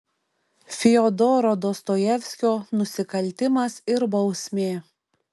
fiodoro dostojevskio nusikaltimas ir bausmė